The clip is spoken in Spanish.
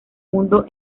mundo